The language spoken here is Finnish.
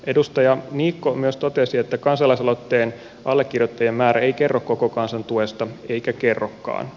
edustaja niikko myös totesi että kansalaisaloitteen allekirjoittajien määrä ei kerro koko kansan tuesta eikä kerrokaan